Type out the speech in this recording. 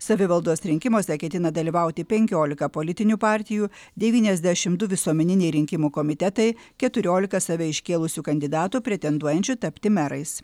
savivaldos rinkimuose ketina dalyvauti penkiolika politinių partijų devyniasdešim du visuomeniniai rinkimų komitetai keturiolika save iškėlusių kandidatų pretenduojančių tapti merais